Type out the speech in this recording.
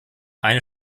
eine